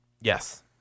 Yes